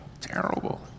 terrible